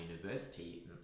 university